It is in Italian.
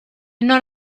non